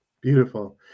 beautiful